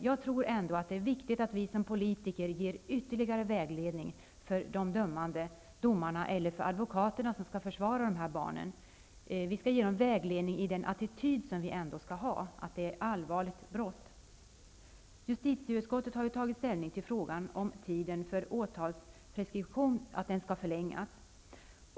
Jag tror ändå att det är viktigt att vi politiker ger de dömande domarna eller advokaterna som skall försvara de här barnen ytterligare vägledning. Det gäller då den attityd som vi skall inta till dessa saker, dvs. att det är fråga om allvarliga brott. Justitieutskottet har tagit ställning till frågan om tiden för åtalspreskription skall förlängas.